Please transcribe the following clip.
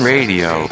Radio